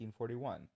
1941